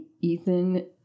Ethan